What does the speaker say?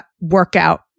workout